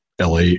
LA